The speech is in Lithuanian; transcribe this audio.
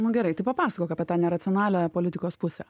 nu gerai tai papasakok apie tą neracionalią politikos pusę